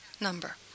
number